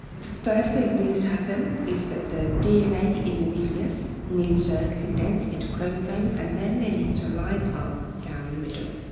the first thing that needs to happen is that the dna in the nucleus needs to condense into chromosomes, and then they need to line up down the middle.